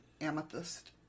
amethyst